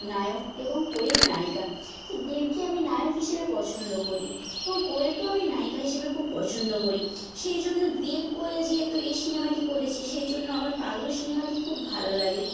নায়ক এবং কোয়েল নায়িকা তো দেবকে আমি নায়ক হিসেবে পছন্দ করি এবং কোয়েলকেও আমি নায়িকা হিসেবে খুব পছন্দ করি সেই জন্য দেব কোয়েল যেহেতু এই সিনেমাটি করেছে সেই জন্য আমার পাগলু সিনেমাটি খুব ভালো লাগে